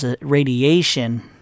radiation